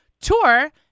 tour